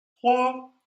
trois